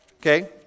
Okay